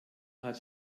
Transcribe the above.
hat